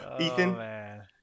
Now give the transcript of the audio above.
Ethan